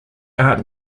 art